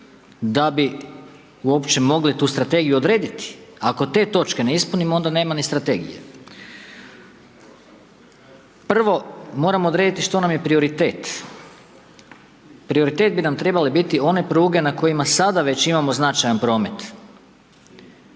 da bi uopće mogli tu strategiju odrediti, ako te točke ne ispunimo, onda nemamo ni strategije. Prvom moramo odrediti što nam je prioritet. Prioritet bi nam trebale biti one pruge, na kojima sada već imamo značajan promet.